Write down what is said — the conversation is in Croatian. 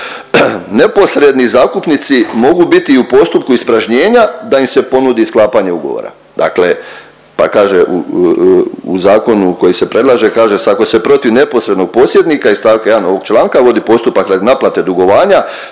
Neposredni zakupnici mogu biti i u postupku ispražnjenja da im se ponudi sklapanje ugovora, dakle pa kaže u zakonu koji se predlaže kaže se: „Ako se protiv neposrednog posjednika iz stavka 1. ovog članka vodi postupak radi naplate dugovanja